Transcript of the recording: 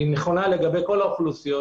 היא נכונה לגבי כל האוכלוסיות,